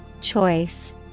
Choice